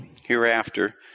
hereafter